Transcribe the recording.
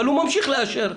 אבל הוא ממשיך לאשר.